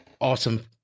awesome